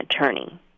attorney